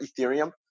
Ethereum